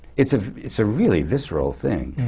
it's ah it's a really visceral thing.